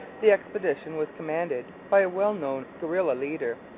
the expedition was commanded by a well-known guerilla leader,